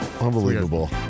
Unbelievable